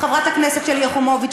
חברת הכנסת שלי יחימוביץ,